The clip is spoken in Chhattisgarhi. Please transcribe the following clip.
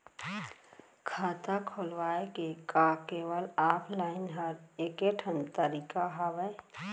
खाता खोलवाय के का केवल ऑफलाइन हर ऐकेठन तरीका हवय?